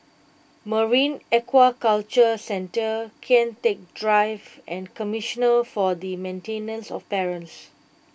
Marine Aquaculture Centre Kian Teck Drive and Commissioner for the Maintenance of Parents